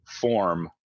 form